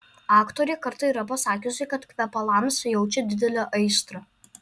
aktorė kartą yra pasakiusi kad kvepalams jaučia didelę aistrą